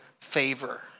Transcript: favor